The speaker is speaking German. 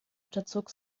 unterzog